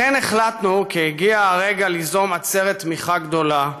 לכן החלטנו כי הגיע הרגע ליזום עצרת תמיכה גדולה,